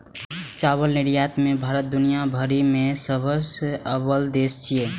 चावल निर्यात मे भारत दुनिया भरि मे सबसं अव्वल देश छियै